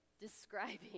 describing